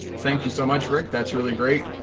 thank you so much rick that's really great